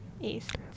East